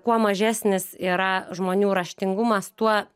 kuo mažesnis yra žmonių raštingumas tuo